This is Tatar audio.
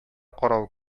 карау